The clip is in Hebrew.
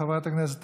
חברת הכנסת